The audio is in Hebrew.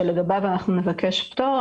שלגביו אנחנו נבקש פטור,